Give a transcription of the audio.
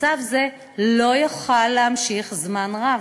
מצב זה לא יוכל להימשך זמן רב.